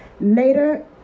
later